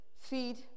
feed